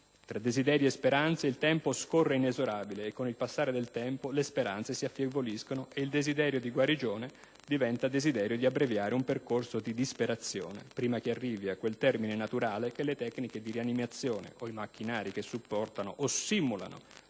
Tra desideri e speranze, il tempo scorre inesorabile e, con il passare del tempo, le speranze si affievoliscono e il desiderio di guarigione diventa desiderio di abbreviare un percorso di disperazione, prima che arrivi a quel termine naturale che le tecniche di rianimazione e i macchinari che supportano o simulano